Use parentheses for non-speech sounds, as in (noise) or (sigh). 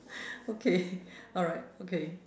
(breath) okay alright okay